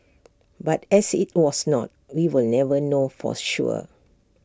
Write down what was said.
but as IT was not we will never know forth sure